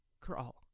Crawl